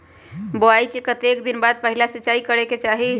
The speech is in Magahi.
बोआई के कतेक दिन बाद पहिला सिंचाई करे के चाही?